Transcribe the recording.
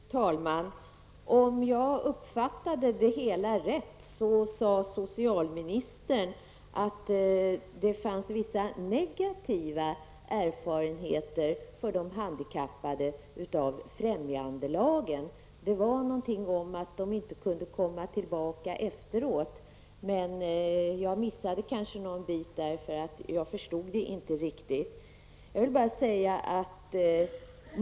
Fru talman! Om jag uppfattade det hela rätt, sade socialministern att de handikappade hade vissa negativa erfarenheter av främjandelagen. Hon sade någonting om att de inte kunde komma tillbaka efteråt. Jag missade kanske något led, för jag förstod inte riktigt.